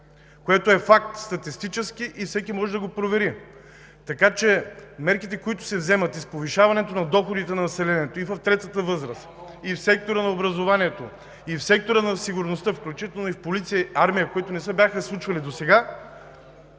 което е статистически факт – всеки може да го провери. Така че мерките, които се вземат – и с повишаването на доходите на населението, и в третата възраст, и в сектора на образованието, и в сектора на сигурността, включително в полицията и армията, които не се бяха случвали досега,